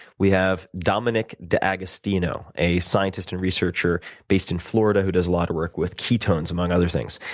we have dominic d'agostino, a scientist and researcher based in florida who does a lot of work with ketones among other things.